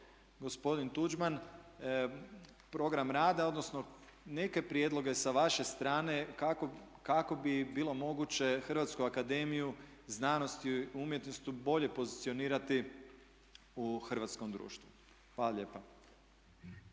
gospodin Tuđman program rada odnosno neke prijedloge sa vaše strane kako bi bilo moguće HAZU bolje pozicionirati u hrvatskom društvu. Hvala lijepa.